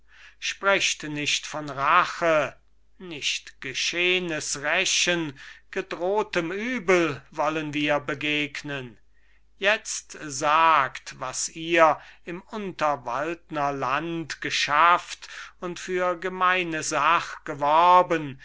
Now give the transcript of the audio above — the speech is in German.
sprecht nicht von rache nicht geschehnes rächen gedrohtem uebel wollen wir begegnen jetzt sagt was ihr im unterwaldner land geschafft und für gemeine sach geworben